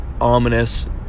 ominous